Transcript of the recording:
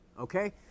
Okay